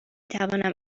توانم